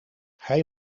hij